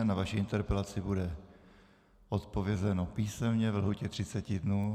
Na vaši interpelaci bude odpovězeno písemně ve lhůtě třiceti dnů.